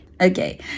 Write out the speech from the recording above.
Okay